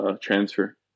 transfer